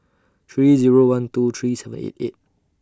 three Zero twelve three seven eight eight